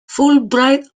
fulbright